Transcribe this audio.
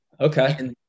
Okay